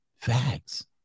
facts